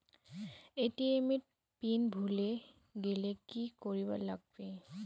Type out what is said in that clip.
ATM এর PIN ভুলি গেলে কি করিবার লাগবে?